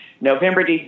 november